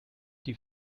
die